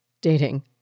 dating